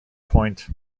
pointe